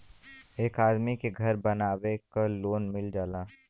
एक आदमी के घर बनवावे क लोन मिल जाला